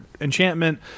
enchantment